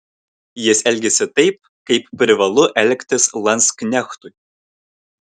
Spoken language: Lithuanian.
jis elgėsi taip kaip privalu elgtis landsknechtui